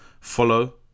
follow